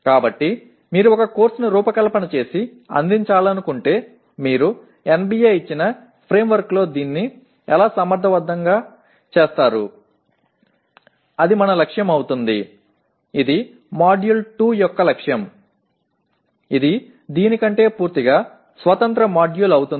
కాబట్టి మీరు ఒక కోర్సును రూపకల్పన చేసి అందించాలనుకుంటే మీరు NBA ఇచ్చిన ఫ్రేమ్వర్క్లో దీన్ని ఎలా సమర్థవంతంగా చేస్తారు అది మన లక్ష్యం అవుతుంది ఇది మాడ్యూల్ 2 యొక్క లక్ష్యం ఇది దీని కంటే పూర్తిగా స్వతంత్ర మాడ్యూల్ అవుతుంది